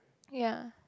ya